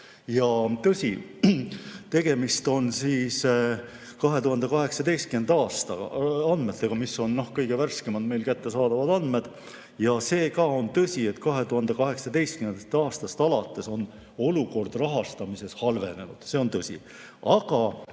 Tõsi, tegemist on 2018. aasta andmetega, mis on kõige värskemad meil kättesaadavad andmed. Ka see on tõsi, et 2018. aastast alates on rahastamise olukord halvenenud. See on tõsi.